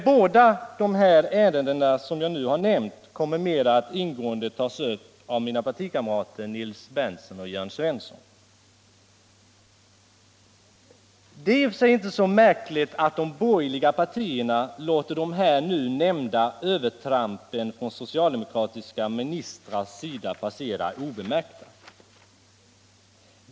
Båda dessa ärenden kommer mer ingående att tas upp av mina partikamrater Nils Berndtson och Jörn Svensson. Det är i och för sig inte så märkligt att de borgerliga partierna låter de nu nämnda övertrampen från socialdemokratiska ministrars sida passera obemärkta.